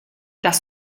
das